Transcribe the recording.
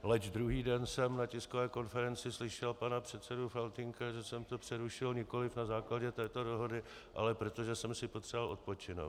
Leč druhý den jsem na tiskové konferenci slyšel pana předsedu Faltýnka, že jsem to přerušil nikoliv na základě této dohody, ale protože jsem si potřeboval odpočinout.